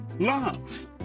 Love